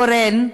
קורן,